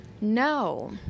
No